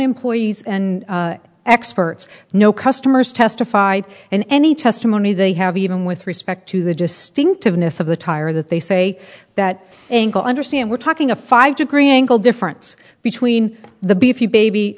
employees and experts no customers testify in any testimony they have even with respect to the distinctiveness of the tire that they say that angle understand we're talking a five degree angle difference between the b if you baby